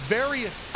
various